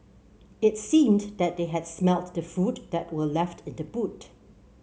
it seemed that they had smelt the food that were left in the boot